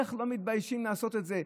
איך לא מתביישים לעשות את זה?